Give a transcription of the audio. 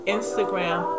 Instagram